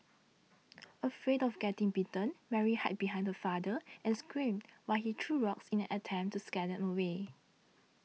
afraid of getting bitten Mary hide behind her father and screamed while he threw rocks in an attempt to scare them away